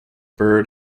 bird